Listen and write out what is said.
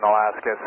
Alaska